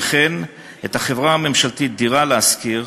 וכן את החברה הממשלתית "דירה להשכיר",